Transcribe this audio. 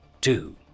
two